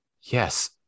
Yes